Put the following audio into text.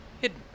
Hidden